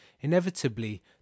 inevitably